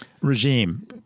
Regime